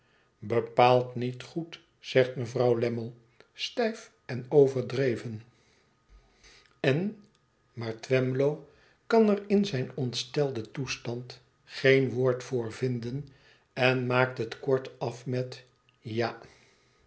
bepaald niet goed zegt mevrouw lammie stijf en overdreven en maar twemlow kan er in zijn ontstelden toestand geen woord voor vinden en maakt het kort af met ja